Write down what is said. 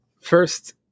first